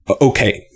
Okay